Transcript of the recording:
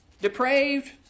Depraved